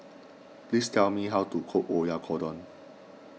please tell me how to cook Oyakodon